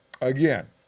Again